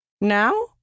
Now